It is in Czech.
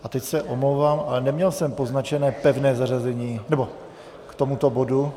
A teď se omlouvám, ale neměl jsem poznačené pevné zařazení k tomuto bodu.